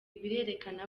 birerekana